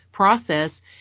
process